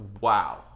Wow